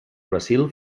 brasil